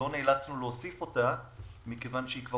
לא נאלצנו להוסיף אותה מכיוון שהיא כבר